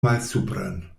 malsupren